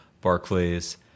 Barclays